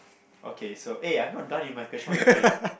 okay so eh I'm not done with my question why you take